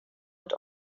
had